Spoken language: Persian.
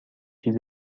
چیز